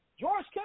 George